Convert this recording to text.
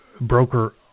broker